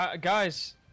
Guys